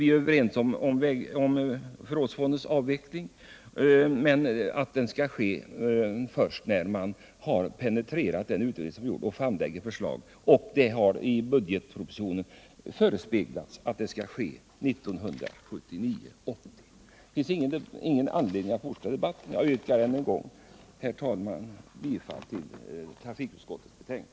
Vi är överens om att förrådsfonden skall avvecklas först när man har penetrerat den gjorda utredningen. Det har i budgetpropositionen sagts att detta skall ske 1979/80. Därför upprepar jag att det inte finns någon anledning att fortsätta debatten. Jag yrkar än en gång, herr talman, bifall till trafikutskottets hemställan.